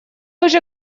уже